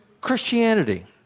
Christianity